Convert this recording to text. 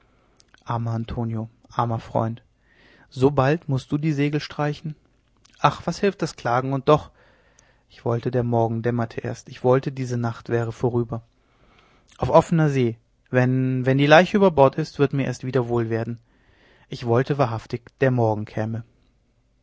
armer antonio armer freund so bald mußt du die segel streichen ach was hilft das klagen und doch ich wollte der morgen dämmerte erst ich wollte diese nacht wäre vorüber auf offener see wenn wenn die leiche über bord ist wird mir erst wieder wohl werden ich wollte wahrhaftig der morgen käme